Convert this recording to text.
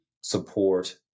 support